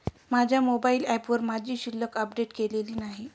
माझ्या मोबाइल ऍपवर माझी शिल्लक अपडेट केलेली नाही